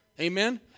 Amen